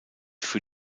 für